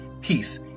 peace